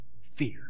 fear